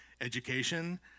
Education